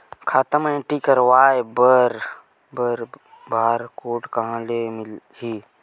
खाता म एंट्री कराय बर बार कोड कहां ले मिलही?